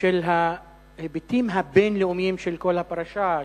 בשל ההיבטים הבין-לאומיים של כל הפרשה,